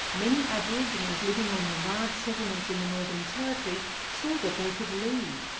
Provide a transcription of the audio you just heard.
many aborigines living on the large settlements in the northern territory saw that they could leave,